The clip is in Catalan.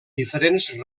diferents